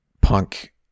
punk